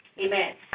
Amen